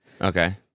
Okay